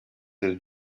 del